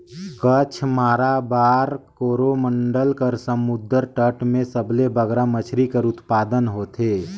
कच्छ, माराबार, कोरोमंडल कर समुंदर तट में सबले बगरा मछरी कर उत्पादन होथे